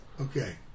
Okay